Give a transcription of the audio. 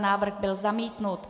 Návrh byl zamítnut.